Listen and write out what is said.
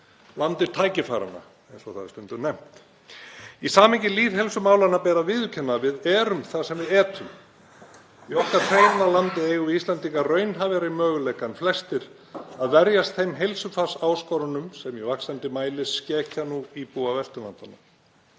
landi tækifæranna eins og það er stundum nefnt. Í samhengi lýðheilsumála ber að viðurkenna að við erum það sem við etum. Í okkar hreina landi eigum við Íslendingar raunhæfari möguleika en flestir á að verjast þeim heilsufarsáskorunum sem í vaxandi mæli skekja íbúa Vesturlanda;